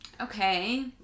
Okay